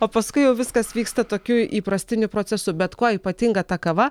o paskui jau viskas vyksta tokiu įprastiniu procesu bet kuo ypatinga ta kava